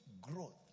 growth